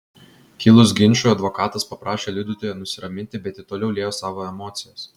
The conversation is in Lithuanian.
kilus ginčui advokatas paprašė liudytoją nusiraminti bet ji toliau liejo savo emocijas